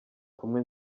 kumwe